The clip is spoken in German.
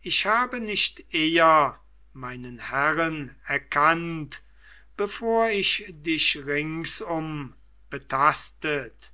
ich habe nicht eher meinen herren erkannt bevor ich dich ringsum betastet